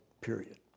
period